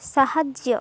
ସାହାଯ୍ୟ